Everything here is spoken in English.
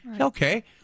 Okay